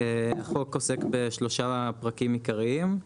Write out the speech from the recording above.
החוק עוסק בשלושה פרקים עיקריים,